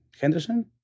Henderson